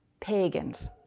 pagans